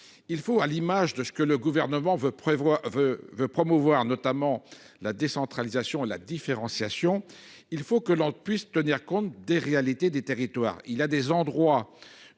Il faut, à l'image de ce que le Gouvernement veut promouvoir, notamment la décentralisation et la différenciation, que l'on puisse tenir compte des réalités des territoires : la mutualisation